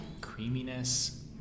creaminess